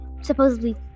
supposedly